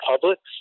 publics